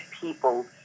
people